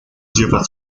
lleva